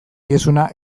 diezuna